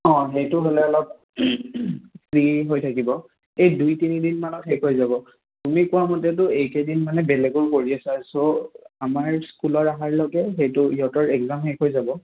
অঁ সেইটো হ'লে অলপ ফ্ৰী হৈ থাকিব এই দুই তিনিদিনমানত শেষ হৈ যাব তুমি কোৱা মতেতো এইকেইদিন মানে বেলেগৰো কৰি আছা ছ' আমাৰ স্কুলৰ অহাৰলৈকে সেইটো সিহঁতৰ এক্জাম শেষ হৈ যাব